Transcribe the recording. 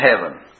heaven